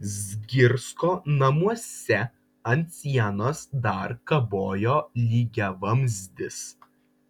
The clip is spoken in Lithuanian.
zgirsko namuose ant sienos dar kabojo lygiavamzdis